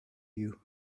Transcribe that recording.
you